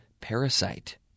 Parasite